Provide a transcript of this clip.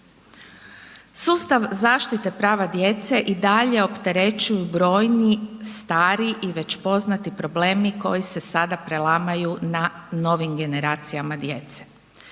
Sustav zaštite prava djece i dalje opterećuju brojni stari i već poznati problemi koji se sada prelamaju na novim generacijama djece.